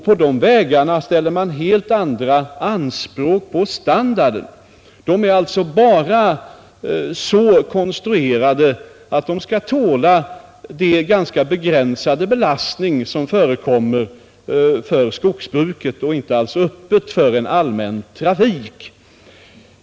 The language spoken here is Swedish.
På dessa vägar ställer man helt andra anspråk beträffande standarden, De är alltså så konstruerade att de bara skall tåla de ganska begränsade belastningar som förekommer inom skogsbruket. De är därför inte öppna för en allmänn trafik.